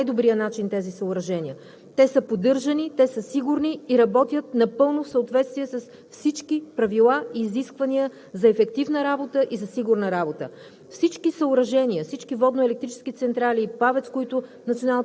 компания управлява по най-добрия начин тези съоръжения. Те са поддържани, те са сигурни. Работят напълно в съответствие с всички правила и изисквания за ефективна работа и сигурна работа.